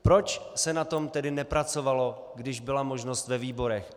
Proč se na tom tedy nepracovalo, když byla možnost ve výborech?